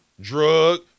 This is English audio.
drug